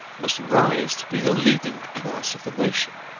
must rise to be the leading class of the nation,